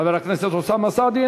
חבר הכנסת אוסאמה סעדי,